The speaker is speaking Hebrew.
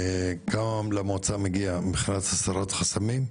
כמה למועצה מגיע מבחינת הסרת חסמים,